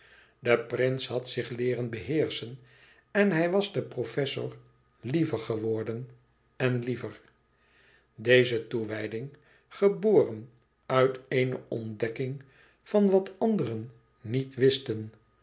de prins had zich leeren beheerschen en hij was den professor liever geworden en liever deze toewijding geboren uit eene ontdekking van wat anderen niet wisten